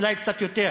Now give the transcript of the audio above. אולי קצת יותר.